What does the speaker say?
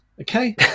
Okay